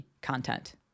content